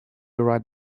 right